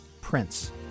Prince